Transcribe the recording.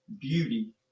beauty